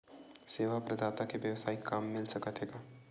सेवा प्रदाता के वेवसायिक काम मिल सकत हे का?